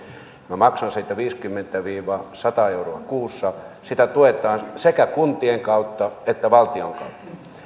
minä maksan siitä viisikymmentä viiva sata euroa kuussa sitä tuetaan sekä kuntien kautta että valtion kautta